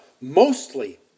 mostly